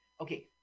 Okay